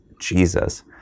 Jesus